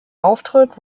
auftritt